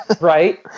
Right